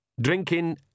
Drinking